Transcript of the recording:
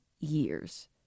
years